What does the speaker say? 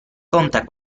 conta